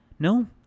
No